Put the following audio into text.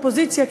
אופוזיציה,